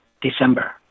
December